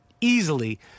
easily